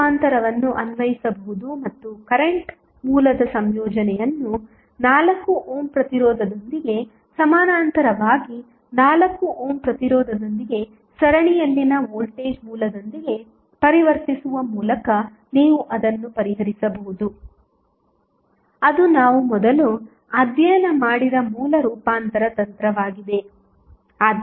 ಮೂಲ ರೂಪಾಂತರವನ್ನು ಅನ್ವಯಿಸಬಹುದು ಮತ್ತು ಕರೆಂಟ್ ಮೂಲದ ಸಂಯೋಜನೆಯನ್ನು 4 ಓಮ್ ಪ್ರತಿರೋಧದೊಂದಿಗೆ ಸಮಾನಾಂತರವಾಗಿ 4 ಓಮ್ ಪ್ರತಿರೋಧದೊಂದಿಗೆ ಸರಣಿಯಲ್ಲಿನ ವೋಲ್ಟೇಜ್ ಮೂಲದೊಂದಿಗೆ ಪರಿವರ್ತಿಸುವ ಮೂಲಕ ನೀವು ಅದನ್ನು ಪರಿಹರಿಸಬಹುದು ಅದು ನಾವು ಮೊದಲು ಅಧ್ಯಯನ ಮಾಡಿದ ಮೂಲ ರೂಪಾಂತರ ತಂತ್ರವಾಗಿದೆ